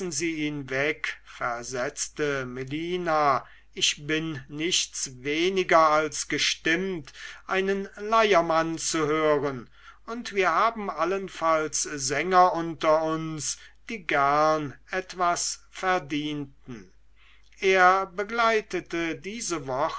sie ihn weg versetzte melina ich bin nichts weniger als gestimmt einen leiermann zu hören und wir haben allenfalls sänger unter uns die gern etwas verdienten er begleitete diese